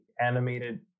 animated